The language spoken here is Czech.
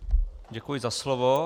Děkuji za slovo.